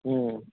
हूँ